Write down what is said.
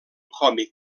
còmic